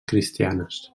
cristianes